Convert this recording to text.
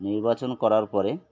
নির্বাচন করার পরে